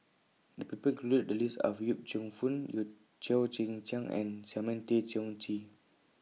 The People included in The list Are Yip Cheong Fun Cheo Chai Hiang and Simon Tay Seong Chee